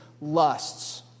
lusts